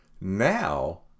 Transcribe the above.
now